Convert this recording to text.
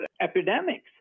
epidemics